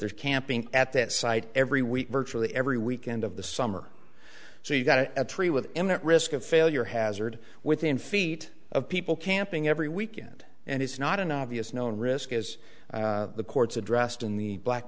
there's camping at that site every week virtually every weekend of the summer so you've got a tree with imminent risk of failure hazard within feet of people camping every weekend and it's not an obvious known risk as the courts addressed in the black